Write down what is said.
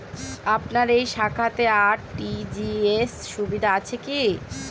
আপনার এই শাখাতে আর.টি.জি.এস সুবিধা আছে কি?